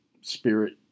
spirit